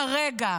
כרגע,